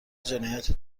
جنایت